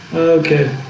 ok